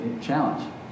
challenge